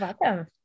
welcome